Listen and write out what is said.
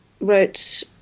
wrote